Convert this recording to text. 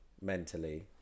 mentally